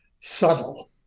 subtle